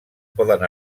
poden